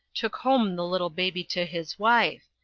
took home the little baby to his wife,